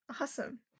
Awesome